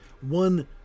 one